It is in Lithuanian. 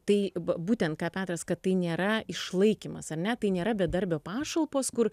tai va būtent ką petras kad tai nėra išlaikymas ar ne tai nėra bedarbio pašalpos kur